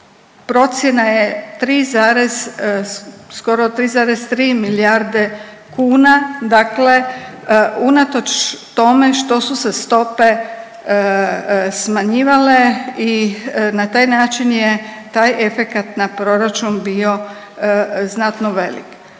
skoro 3,3 milijarde kuna, dakle unatoč tome što su se stope smanjivale i na taj način je taj efekat na proračun bio znatno velik.